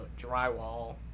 drywall